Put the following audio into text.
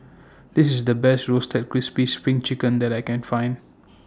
This IS The Best Roasted Crispy SPRING Chicken that I Can Find